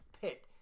pit